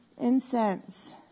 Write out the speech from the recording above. incense